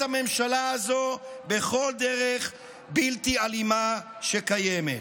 הממשלה הזו בכל דרך בלתי אלימה שקיימת.